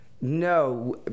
No